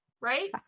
right